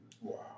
Wow